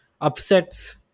upsets